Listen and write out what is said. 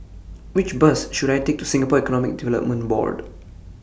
Which Bus should I Take to Singapore Economic Development Board